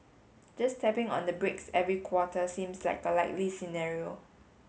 just tapping on the brakes every quarter seems like a likely scenario